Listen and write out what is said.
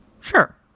Sure